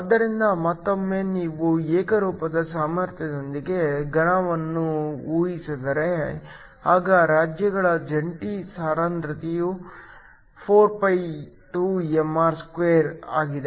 ಆದ್ದರಿಂದ ಮತ್ತೊಮ್ಮೆ ನೀವು ಏಕರೂಪದ ಸಾಮರ್ಥ್ಯದೊಂದಿಗೆ ಘನವನ್ನು ಊಹಿಸಿದರೆ ಆಗ ರಾಜ್ಯಗಳ ಜಂಟಿ ಸಾಂದ್ರತೆಯು 4π2 ಆಗಿದೆ